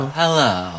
hello